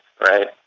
right